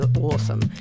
awesome